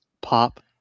Pop